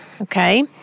Okay